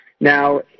Now